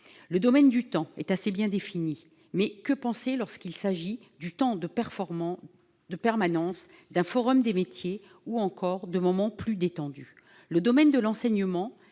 Le domaine du temps est assez bien défini, mais que penser lorsqu'il s'agit du temps de permanence, d'un forum des métiers ou encore de moments plus détendus ? Le domaine de l'enseignement